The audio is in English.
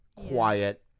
quiet